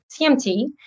TMT